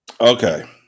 Okay